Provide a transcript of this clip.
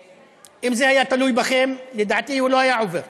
ואם זה היה תלוי בכם, לדעתי הוא לא היה עובר,